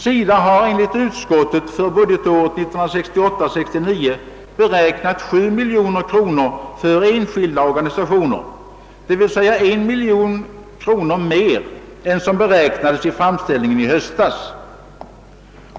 SIDA har enligt utskottet för budgetåret 1968/69 beräknat 7 miljoner kronor till enskilda organisationer, d.v.s. 1 miljon kronor mer än vid framställningen i höstas.